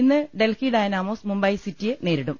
ഇന്ന് Delhi Dynamos Mumbai സിറ്റിയെ നേരിടും